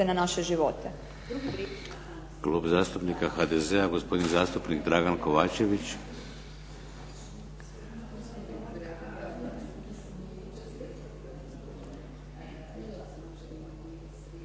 na naše živote.